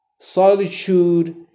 Solitude